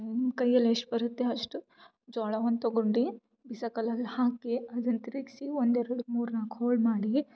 ಕೈಯಲ್ಲಿ ಎಷ್ಟು ಬರುತ್ತೆ ಅಷ್ಟು ಜೋಳವನ್ ತಗೊಂಡು ಬೀಸೋ ಕಲ್ಲಲ್ಲಿ ಹಾಕಿ ಅದನ್ನು ತಿರುಗ್ಸಿ ಒಂದೆರಡು ಮೂರು ನಾಲ್ಕು ಹೋಳು ಮಾಡಿ